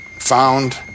found